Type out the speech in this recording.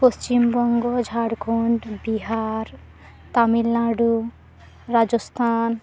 Paschim Banga Jharkhand Bihar Tamil Nadu Rajasthan